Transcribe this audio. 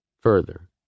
Further